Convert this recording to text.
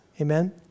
Amen